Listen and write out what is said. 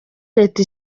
leta